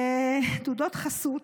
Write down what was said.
תעודות חסות,